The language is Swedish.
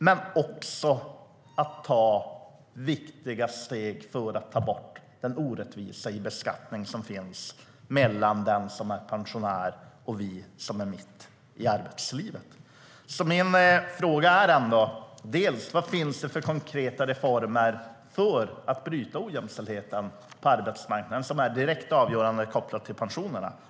Men det handlar också om att ta viktiga steg för att ta bort den orättvisa i beskattning som finns mellan den som är pensionär och oss som är mitt i arbetslivet. Mina frågor är: Vad finns det för konkreta reformer för att bryta ojämställdheten på arbetsmarknaden som är direkt avgörande kopplat till pensionerna?